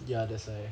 ya that's why